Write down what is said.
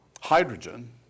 hydrogen